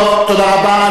תודה רבה.